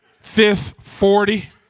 fifth-forty